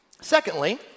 Secondly